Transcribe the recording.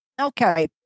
Okay